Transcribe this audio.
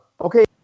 Okay